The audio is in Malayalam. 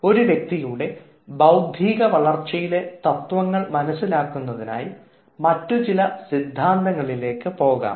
ഒരു വ്യക്തിയുടെ ബൌദ്ധിക വളർച്ചയിലെ തത്ത്വങ്ങൾ മനസ്സിലാക്കുന്നതിനായി മറ്റുചില സിദ്ധാന്തങ്ങളിലേക്ക് പോകാം